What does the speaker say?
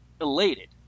elated